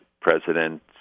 President